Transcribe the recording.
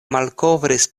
malkovris